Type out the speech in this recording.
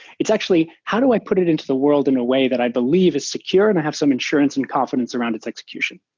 it's actually how do i put it into the world in a way that i believe is secure and i have some insurance and confidence around its execution.